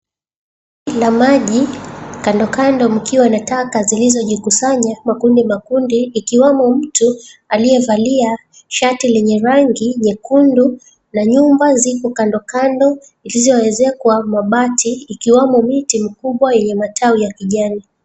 La maji kandokando mkiwa nataka zilizojikusanya makundi makundi, ikiwamo mtu aliyevalia shati lenye rangi nyekundu. Na nyumba zipo kandokando zilizoelekezwa mabati ikiwamo miti mkubwa yenye matawi ya kijani.